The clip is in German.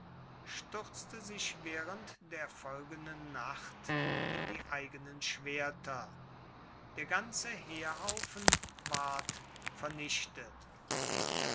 stürzte sich während der folgenden nacht in die eigenen schwerter der ganze heerhaufen ward vernichtet